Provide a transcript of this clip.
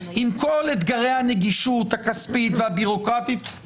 עם כל אתגרי הנגישות הכספית והביורוקרטית.